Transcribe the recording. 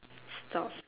stop